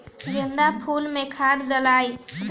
गेंदा फुल मे खाद डालाई?